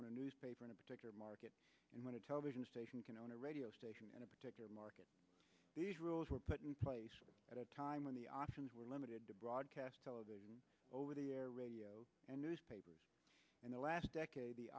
a newspaper in a particular market and when a television station can own a radio station in a particular market these rules were put in place at a time when the options were limited to broadcast television over the air radio and newspapers in the last decade the